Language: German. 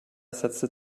setzte